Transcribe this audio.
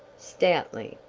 stoutly.